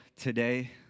today